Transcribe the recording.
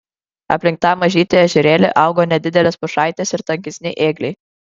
aplink tą mažytį ežerėlį augo nedidelės pušaitės ir tankesni ėgliai